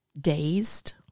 dazed